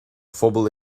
phobal